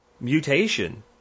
mutation